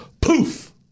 poof